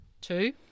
Two